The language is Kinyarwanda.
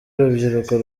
urubyiruko